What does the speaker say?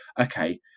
okay